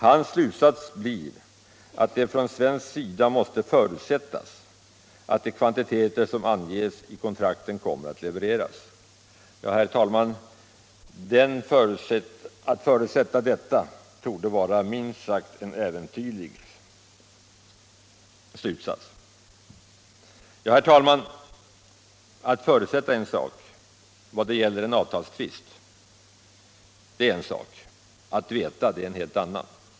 Hans slutsats blir att det från svensk sida måste ”förutsättas” att de kvantiteter som anges i kontrakten kommer att levereras. Herr talman, att förutsätta är en sak när det gäller en avtalstvist, att veta är en helt annan.